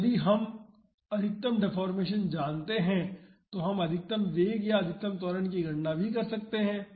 तो यदि हम अधिकतम डेफोर्मेशन जानते हैं तो हम अधिकतम वेग या अधिकतम त्वरण की गणना भी कर सकते हैं